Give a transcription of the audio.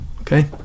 Okay